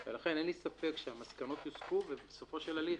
ולכן אין לי ספק שהמסקנות יוסקו, ובסופו של הליך,